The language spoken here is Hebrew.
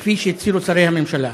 כפי שהצהירו שרי הממשלה.